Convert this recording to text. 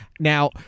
Now